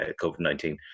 COVID-19